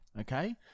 Okay